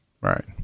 Right